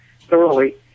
thoroughly